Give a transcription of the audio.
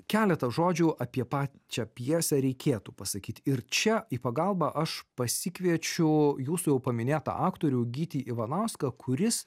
keletą žodžių apie pačią pjesę reikėtų pasakyt ir čia į pagalbą aš pasikviečiu jūsų jau paminėtą aktorių gytį ivanauską kuris